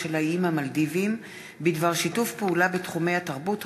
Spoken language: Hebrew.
של האיים המלדיביים בדבר שיתוף פעולה בתחומי התרבות,